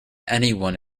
anyone